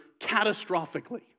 catastrophically